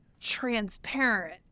Transparent